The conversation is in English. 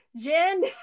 Jen